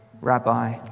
Rabbi